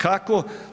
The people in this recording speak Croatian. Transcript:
Kako?